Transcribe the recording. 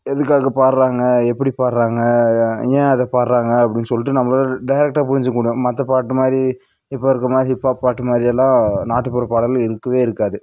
எதுக்காக பாடுறாங்க எப்படி பாடுறாங்க ஏன் அதை பாடுறாங்க அப்படின்னு சொல்லிட்டு நம்பளால் டேரெக்ட்டாக புரிஞ்சிக்க முடியும் மற்ற பாட்டுமாதிரி இப்போ இருக்கமாதிரி ஹிப்பாப் பாட்டுமாதிரியெல்லாம் நாட்டுப்புற பாடல் இருக்கவே இருக்காது